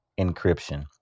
encryption